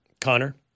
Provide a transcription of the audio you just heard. connor